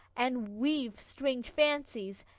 and weave strange fancies,